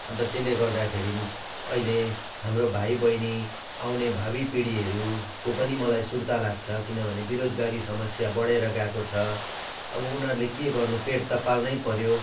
अन्त त्यसले गर्दाखेरि अहिले हाम्रो भाइ बहिनी आउने भावी पिँढीहरूको पनि मलाई सुर्ता लाग्छ किनभने बेरोजगारी समस्या बढेर गएको छ अब उनीहरूले के गर्नु पेट त पाल्नै पऱ्यो